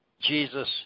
Jesus